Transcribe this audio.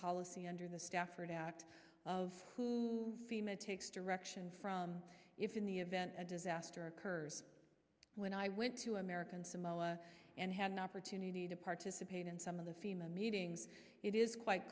policy under the stafford act of who the man takes direction from if in the event a disaster occurs when i went to american samoa and had an opportunity to participate in some of the fema meetings it is quite